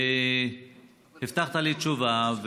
והבטחת לי תשובה.